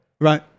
Right